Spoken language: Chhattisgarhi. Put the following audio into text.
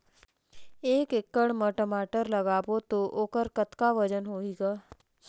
एक एकड़ म टमाटर लगाबो तो ओकर कतका वजन होही ग?